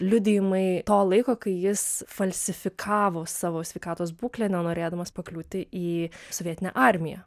liudijimai to laiko kai jis falsifikavo savo sveikatos būklę nenorėdamas pakliūti į sovietinę armiją